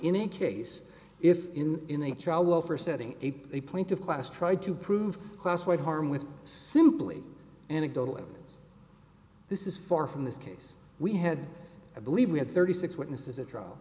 a case if in in a trial well for setting a point of class tried to prove class white harm with simply anecdotal evidence this is far from this case we had i believe we had thirty six witnesses a trial